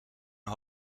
een